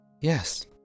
yes